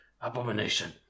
Abomination